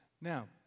Now